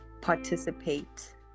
participate